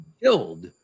killed